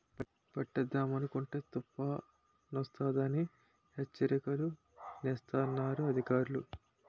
పంటేద్దామనుకుంటే తుపానొస్తదని హెచ్చరికలు సేస్తన్నారు అధికారులు